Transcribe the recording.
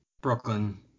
Brooklyn